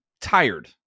tired